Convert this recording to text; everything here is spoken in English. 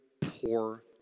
poor